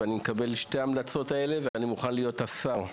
אני מקבל את שתי ההצעות האלה ואני מוכן להיות השר.